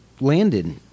landed